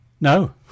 No